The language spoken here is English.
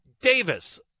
Davis